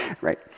right